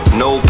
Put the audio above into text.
no